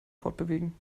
fortbewegen